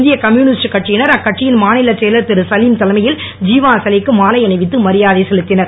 இந்திய கம்யூனிஸ்ட் கட்சியினர் அக்கட்சியின் மாநிலச் செயலர் திரு சலீம் தலைமையில் தீவா சிலைக்கு மாலை அணிவித்து மரியாதை செலுத்தினர்